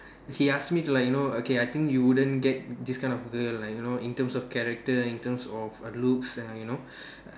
he ask me to like you know okay I think you wouldn't get this kind of girl lah you know in terms of character in terms of uh looks you know